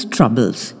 Troubles